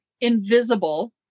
invisible